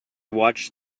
watched